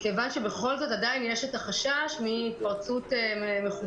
כיוון שבכל זאת עדיין יש את החשש מהתפרצות מחודשת.